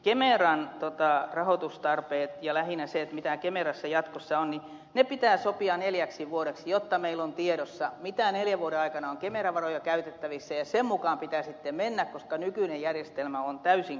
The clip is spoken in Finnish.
kemeran rahoitustarpeet ja lähinnä se mitä kemerassa jatkossa on pitää sopia neljäksi vuodeksi jotta meillä on tiedossa mitä neljän vuoden aikana on kemeran varoja käytettävissä ja sen mukaan pitää sitten mennä koska nykyinen järjestelmä on täysin kestämätön